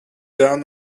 down